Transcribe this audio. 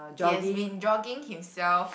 he has been jogging himself